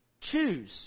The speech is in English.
Choose